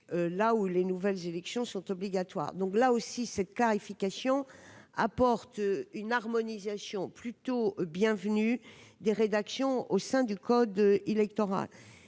là où les nouvelles éviction sont obligatoires, donc là aussi cette clarification apporte une harmonisation plutôt bienvenue des rédactions au sein du code électoral,